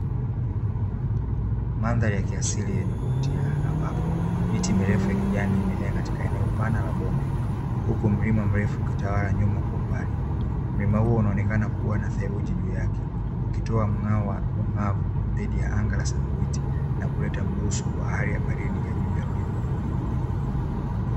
madhari ya asili ya kuvutia ambapo miti mirefuu imemea katika eneo pana mabonde huku mlima mrefu ukitawala nyuma kwa mbali mlima huo unaonekana kuwa na theluji juu yake ukitoa mng'ao wa uangavu anga la samawati na kuleta mguso wa baridi mlimani